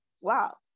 wow